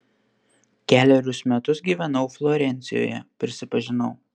kelerius metus gyvenau florencijoje prisipažinau